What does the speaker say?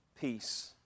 peace